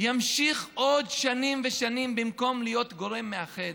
ימשיך עוד שנים ושנים, במקום להיות גורם מאחד,